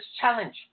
challenge